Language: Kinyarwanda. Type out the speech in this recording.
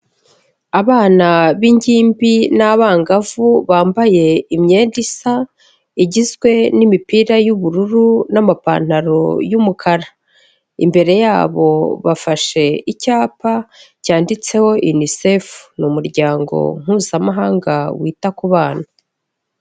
Abana b'ingimbi n'abangavu bambaye imyenda isa. Igizwe n'imipira y'ubururu n'amapantaro y'umukara. Imbere yabo bafashe icyapa cyanditseho unicef ni umuryango mpuzamahanga wita ku bana.